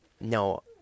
No